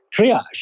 triage